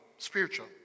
spiritual